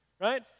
Right